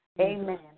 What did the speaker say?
Amen